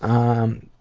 um,